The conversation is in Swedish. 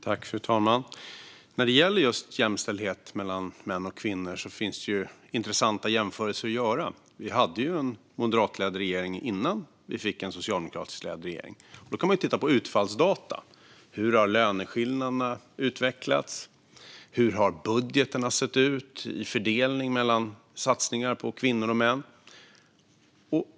Fru talman! När det gäller jämställdhet mellan män och kvinnor finns det intressanta jämförelser att göra. Vi hade en moderatledd regering innan vi fick en socialdemokratiskt ledd regering, och man kan titta på utfallsdata - hur löneskillnader har utvecklats och hur budgetarna har sett ut i fördelningen av satsningar mellan kvinnor och män.